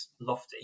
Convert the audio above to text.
lofty